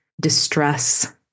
distress